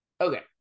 Okay